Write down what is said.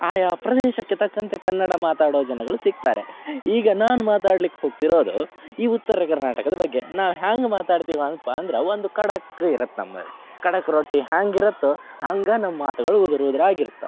ಆಯಾ ಪ್ರದೇಶಕ್ಕೆ ತಕ್ಕಂತೆ ಕನ್ನಡ ಮಾತಾಡೋ ಜನಗಳು ಸಿಕ್ತಾರೆ ಈಗ ನಾನು ಮಾತಾಡ್ಲಿಕ್ಕೆ ಹೋಗ್ತಿರೋದು ಈ ಉತ್ತರ ಕರ್ನಾಟಕದ ಬಗ್ಗೆ ನಾವು ಹೆಂಗ್ ಮಾತಾಡ್ತೀವಂದ್ರೆ ಪಾ ಅಂದ್ರೆ ಒಂದು ಖಡಕ್ ಇರತ್ತೆ ನಮ್ಮ ಖಡಕ್ ರೊಟ್ಟಿ ಹೆಂಗಿರುತ್ತೋ ಹಂಗೆ ನಮ್ಮ ಮಾತುಗಳು ಉದುರು ಉದುರಾಗಿರುತ್ತೆ